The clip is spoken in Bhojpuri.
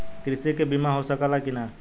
कृषि के बिमा हो सकला की ना?